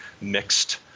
mixed